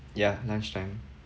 ya lunchtime